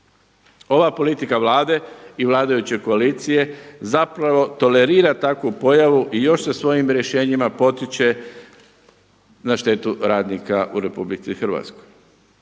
Ova politika Vlade i vladajuće koalicije zapravo tolerira takvu pojavu i još sa svojim rješenjima potiče na štetu radnika u RH. Takva